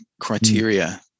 criteria